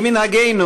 כמנהגנו,